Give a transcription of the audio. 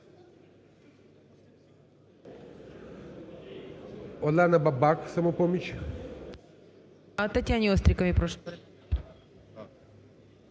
Олена Бабак, "Самопоміч".